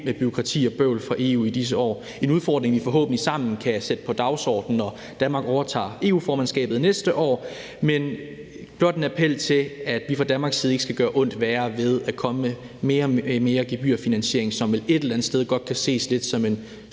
med bureaukrati og bøvl fra EU i disse år. Det er en udfordring, vi forhåbentlig sammen kan sætte på dagsordenen, når Danmark overtager EU-formandskabet næste år. Men vi har blot en appel til, at vi fra Danmarks side ikke gør ondt værre ved at komme med mere og mere gebyrfinansiering, som vel et eller andet sted godt kan ses lidt som en